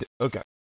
Okay